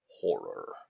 Horror